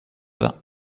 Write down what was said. vingt